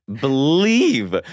believe